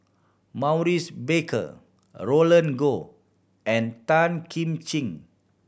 Maurice Baker a Roland Goh and Tan Kim Ching